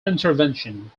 intervention